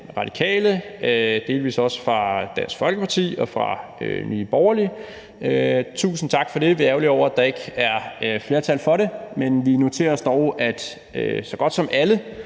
Radikale, delvis også fra Dansk Folkeparti og fra Nye Borgerlige. Tusind tak for det! Vi er ærgerlige over, at der ikke er flertal for det, men vi noterer os dog, at så godt som alle